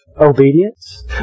obedience